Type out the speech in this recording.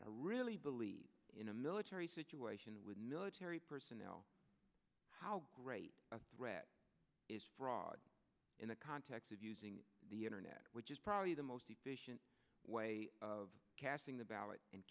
a really believe in a military situation with military personnel how great a threat is fraud in the context of using the internet which is probably the most efficient way of casting the ballot and